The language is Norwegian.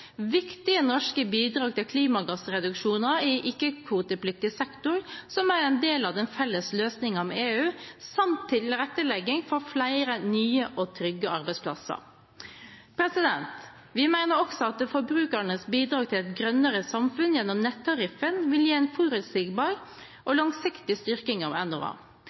viktige norske bidrag til klimagassreduksjoner i ikke-kvotepliktig sektor, som er en del av den felles løsningen med EU, samt tilrettelegging for flere nye og trygge arbeidsplasser. Vi mener også at forbrukernes bidrag til et grønnere samfunn gjennom nettariffen vil gi en forutsigbar og langsiktig styrking av